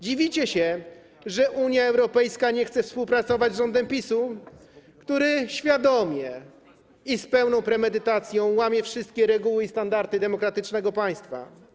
Dziwicie się, że Unia Europejska nie chce współpracować z rządem PiS-u, który świadomie i z pełną premedytacją łamie wszystkie reguły i standardy demokratycznego państwa.